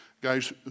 Guys